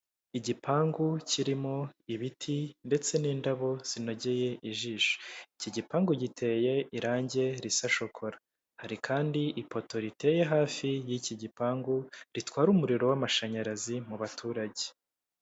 Igipangu kirimo ibiti ndetse n'indabo zinogeye ijisho, iki gipangu giteye irangi risa shokora, hari kandi ipoto riteye hafi y'iki gipangu, ritwara umuriro w'amashanyarazi mu baturage.